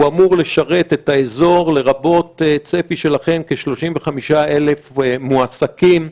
והוא אמור לשרת את האזור לרבות צפי שלכם של כ-35,000 מועסקים פלסטינים.